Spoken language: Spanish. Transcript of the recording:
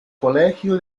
colegio